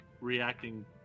reacting